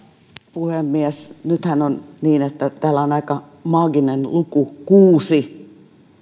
puhemies nythän on niin että täällä on aika maaginen luku kuusi